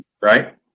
right